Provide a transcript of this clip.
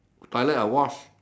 toilet I wash